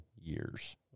years